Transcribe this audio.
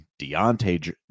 Deontay